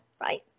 right